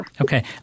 Okay